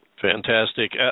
Fantastic